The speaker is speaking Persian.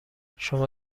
شما